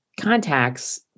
contacts